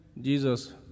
Jesus